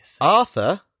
Arthur